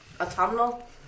Autumnal